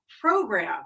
program